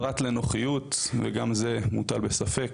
פרט לנוחיות, וגם זה מוטל בספק.